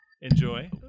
enjoy